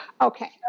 Okay